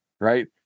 Right